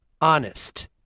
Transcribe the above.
honest